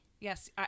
Yes